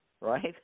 right